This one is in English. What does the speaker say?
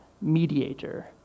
mediator